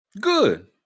good